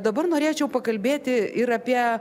dabar norėčiau pakalbėti ir apie